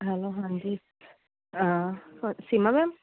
hello ਹਾਂਜੀ Seema ma'am